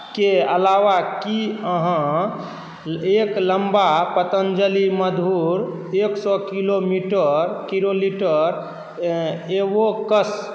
के अलावा की अहाँ एक लम्बा पतञ्जलि मधूर एक सए किलोमीटर किलोलीटर एवोकस